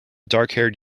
darkhaired